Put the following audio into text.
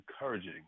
encouraging